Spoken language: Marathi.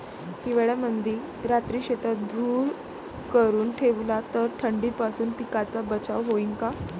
हिवाळ्यामंदी रात्री शेतात धुर करून ठेवला तर थंडीपासून पिकाचा बचाव होईन का?